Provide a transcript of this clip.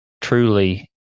truly